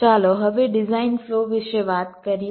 ચાલો હવે design flow વિશે વાત કરીએ